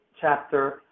chapter